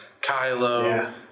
Kylo